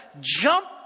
Jump